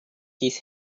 his